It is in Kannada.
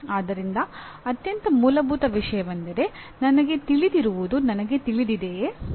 ಆದ್ದರಿಂದ ಅತ್ಯಂತ ಮೂಲಭೂತ ವಿಷಯವೆಂದರೆ ನನಗೆ ತಿಳಿದಿರುವುದು ನನಗೆ ತಿಳಿದಿದೆಯೇ